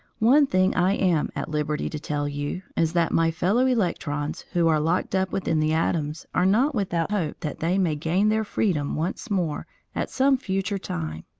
one thing i am at liberty to tell you is that my fellow-electrons who are locked up within the atoms are not without hope that they may gain their freedom once more at some future time.